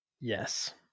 Yes